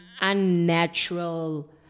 unnatural